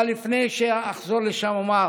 אבל לפני שאחזור לשם אומר: